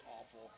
awful